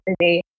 today